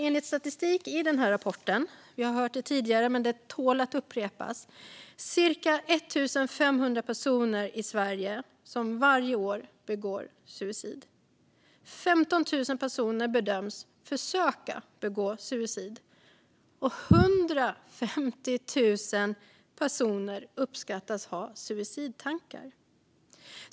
Enligt statistik i denna rapport - vi har hört det tidigare, men det tål att upprepas - är det varje år ca 1 500 personer i Sverige som begår suicid, 15 000 personer som bedöms försöka begå suicid och 150 000 personer som uppskattas ha suicidtankar.